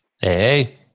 Hey